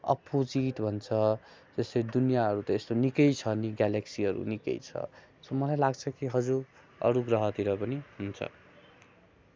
अफ्फुजित भन्छ जस्तै दुनियाँहरू त यस्तो निकै छ नि ग्यालेक्सीहरू निकै छ सो मलाई लाग्छ कि हजुर अरू ग्रहतिर पनि हुन्छ